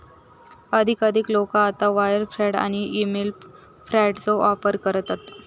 अधिकाधिक लोका आता वायर फ्रॉड आणि ईमेल फ्रॉडचो वापर करतत